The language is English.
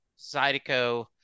Zydeco